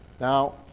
Now